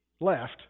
left